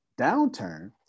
downturn